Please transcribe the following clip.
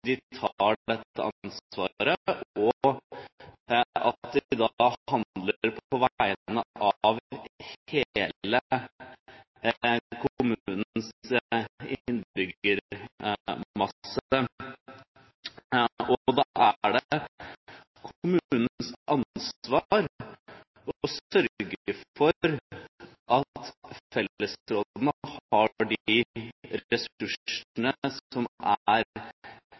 de handler på vegne av hele kommunens innbyggermasse. Da er det kommunens ansvar å sørge for at fellesrådene har tilstrekkelige ressurser tilgjengelig for at de